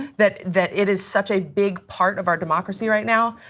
that that it is such a big part of our democracy right now